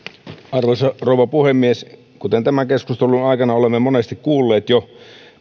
arvoisa rouva puhemies kuten tämän keskustelun aikana olemme jo monesti kuulleet